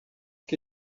que